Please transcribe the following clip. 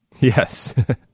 Yes